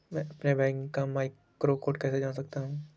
मैं अपने बैंक का मैक्रो कोड कैसे जान सकता हूँ?